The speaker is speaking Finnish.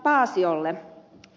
paasiolle